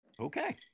Okay